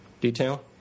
detail